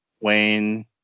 wayne